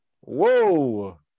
whoa